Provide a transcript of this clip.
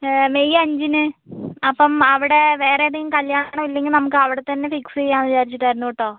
May അഞ്ചിന് അപ്പം അവിടെ വേറെ ഏതെങ്കിലും കല്യാണം ഇല്ലെങ്കിൽ നമുക്ക് അവിടെ തന്നെ ഫിക്സ് ചെയ്യാമെന്ന് വിചാരിച്ചിട്ടായിരുന്നു കേട്ടോ